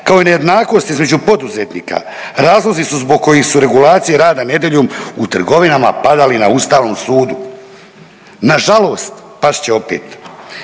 kao i nejednakost između poduzetnika razlozi su zbog kojih su regulacije rada nedjeljom u trgovinama padali na Ustavnom sudu. Nažalost, past će opet.